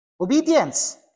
Obedience